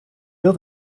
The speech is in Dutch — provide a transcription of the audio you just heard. wil